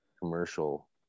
commercial